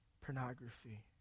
pornography